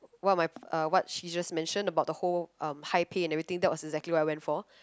what my uh what she's just mention about the whole uh high pay and everything that was exactly what I went for